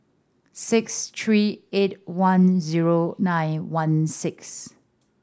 six three eight one zero nine one six